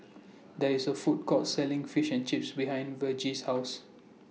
There IS A Food Court Selling Fish and Chips behind Vergie's House